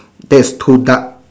there's two duck